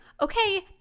okay